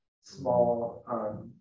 small